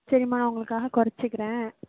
சரிம்மா நான் உங்களுக்காக குறச்சிக்கிறேன்